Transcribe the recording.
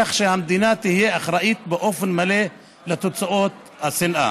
כך שהמדינה תהיה אחראית באופן מלא לתוצאות עבירות השנאה,